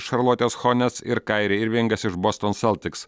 šarlotės chonės ir kairi irvingas iš boston seltiks